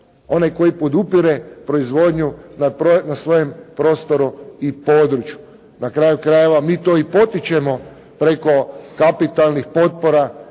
onaj koji podupire proizvodnju na svojem prostoru i području. Na kraju krajeva, mi to i potičemo preko kapitalnih potpora